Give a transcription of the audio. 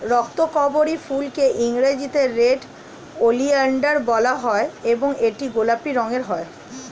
রক্তকরবী ফুলকে ইংরেজিতে red oleander বলা হয় এবং এটি গোলাপি রঙের হয়